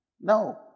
No